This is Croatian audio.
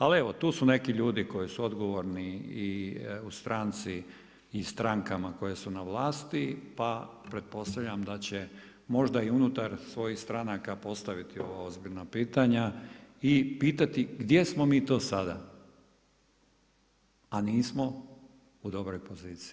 Ali evo tu su neki ljudi koji su odgovorni i u stranci i strankama koje su na vlasti pa pretpostavljam da će možda i unutar svojih stranaka postaviti ova ozbiljna pitanja i pitati gdje smo mi to sada, a nismo u dobroj poziciji.